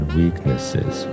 weaknesses